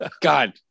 God